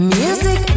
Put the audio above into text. music